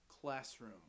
classroom